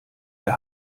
der